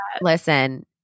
listen